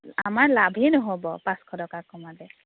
আমাৰ লাভেই নহ'ব পাঁচশ টকা কমালে